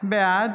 בעד